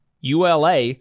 ULA